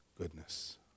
goodness